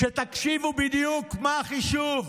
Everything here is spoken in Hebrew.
תקשיבו בדיוק מה החישוב: